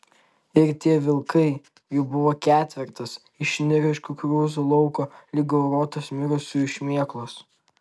ir tie vilkai jų buvo ketvertas išniro iš kukurūzų lauko lyg gauruotos mirusiųjų šmėklos